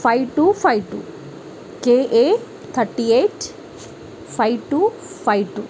five two five two K A thirty eight five two five two